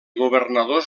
governadors